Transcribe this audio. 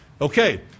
Okay